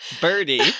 Birdie